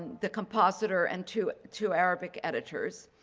the compositor and two two arabic editors.